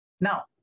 Now